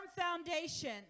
foundation